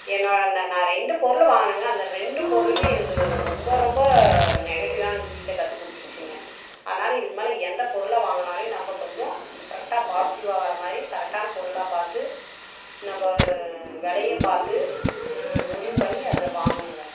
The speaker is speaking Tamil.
ஏன்னா நான் நான் ரெண்டு பொருள் வாங்குனங்க அந்த ரெண்டு பொருளுமே எனக்கு ரொம்ப ரொம்ப நெகட்டிவான விஷயத்தை கற்று கொடுத்துடுச்சிங்க அதனால இதுக்கு மேலே எந்த பொருளை வாங்குனாலும் நம்ப கொஞ்சம் கரெக்டாக பாசிட்டிவாக வர மாதிரி கரெக்டான பொருளாக பார்த்து நம்ப விலைய பார்த்து முடிவு பண்ணி அதை வாங்கணுங்க